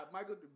Michael